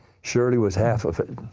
shirley was half of it.